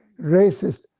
racist